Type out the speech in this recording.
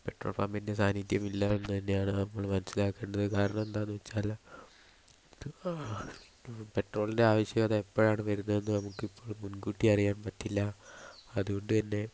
petrol പമ്പിൻ്റെ സാന്നിധ്യം ഇല്ലയെന്ന് തന്നെയാണ് നമ്മൾ മനസ്സിലാക്കേണ്ടത് കാരണം എന്താണെന്ന് വെച്ചാൽ പെട്രോളിൻ്റെ ആവശ്യകത എപ്പോഴാണ് വരുന്നത് എന്ന് നമുക്ക് ഇപ്പോഴും മുൻകൂട്ടി അറിയാൻ പറ്റില്ല അതുകൊണ്ട്തന്നെ